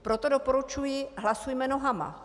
Proto doporučuji hlasujme nohama.